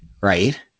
right